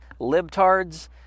libtards